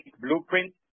blueprint